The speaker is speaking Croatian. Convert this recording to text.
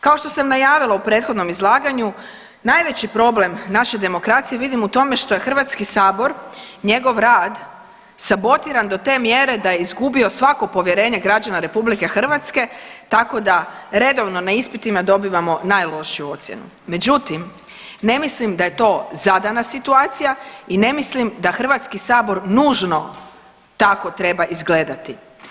Kao što sam najavila u prethodnom izlaganju najveći problem naše demokracije vidim u tome što je HS i njegov rad sabotiran do te mjere da je izgubio svako povjerenje građana RH tako da redovno na ispitima dobivamo najlošiju ocjenu, međutim ne mislim da je to zadana situacija i ne mislim da HS nužno tako treba izgledati.